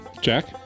Jack